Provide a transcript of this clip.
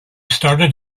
started